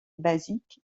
basique